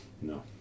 No